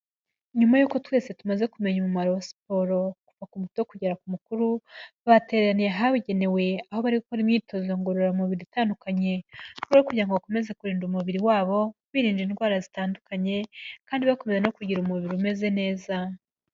Nyuma y'uko twese tumaze kumenya umumaro wa siporo kuva ku muto kugera ku mukuru, bateraniye ahabugenewe aho bari gukora imyitozo ngororamubiri itandukanye mu rwego rwo kugira ngo bakomeze kurinda umubiri wabo, birinda indwara zitandukanye, kandi bakomeza no kugira umubiri umeze neza.